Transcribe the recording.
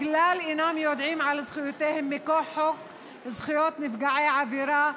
כלל אינם יודעים על זכויותיהם מכוח חוק זכויות נפגעי עבירה,